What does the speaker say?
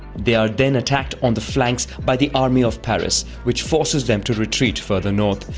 they are then attacked on the flanks by the army of paris which forces them to retreat further north,